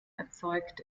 erzeugt